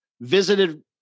visited